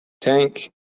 Tank